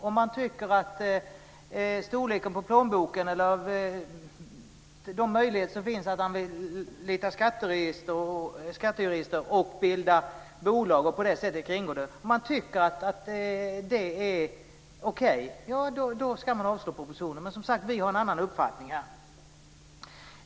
Om man tycker att storleken på plånboken eller möjligheter att anlita skattejurister och bilda bolag för att på det sättet kringgå det är okej, då ska man avslå propositionen. Men som sagt har vi en annan uppfattning.